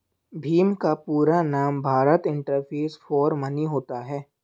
भीम का पूरा नाम भारत इंटरफेस फॉर मनी होता है